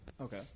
Okay